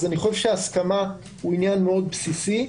הסכמה היא עניין מאוד בסיסי.